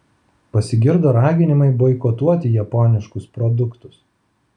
pasigirdo raginimai boikotuoti japoniškus produktus